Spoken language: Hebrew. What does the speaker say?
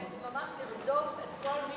וממש לרדוף את כל מי שעומד מאחורי,